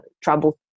trouble